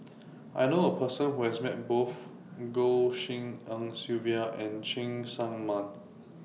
I knew A Person Who has Met Both Goh Tshin En Sylvia and Cheng Tsang Man